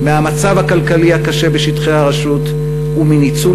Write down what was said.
מהמצב הכלכלי הקשה בשטחי הרשות ומניצול